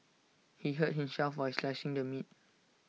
he hurt himself while slicing the meat